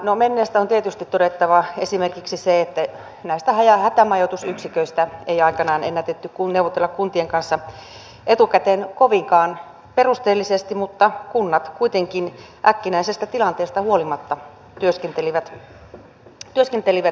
no menneestä on tietysti todettava esimerkiksi se että näistä hätämajoitusyksiköistä ei aikanaan ennätetty neuvotella kuntien kanssa etukäteen kovinkaan perusteellisesti mutta kunnat kuitenkin äkkinäisestä tilanteesta huolimatta työskentelivät jämerästi